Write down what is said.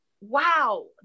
wow